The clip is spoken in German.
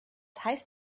heißt